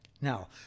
Now